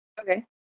Okay